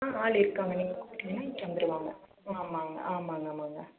அ ஆள் இருக்காங்க நீங்கள் கூப்பிட்டிங்கன்னா வந்துடுவாங்க ஆமாங்க ஆமாங்க ஆமாங்க